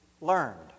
learned